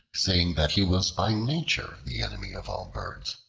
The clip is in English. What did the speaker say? saying that he was by nature the enemy of all birds.